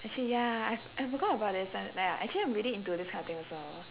actually ya I f~ I forgot about that ya actually I am really into this kind of thing also